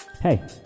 Hey